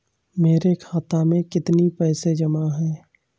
मेरे खाता में कितनी पैसे जमा हैं?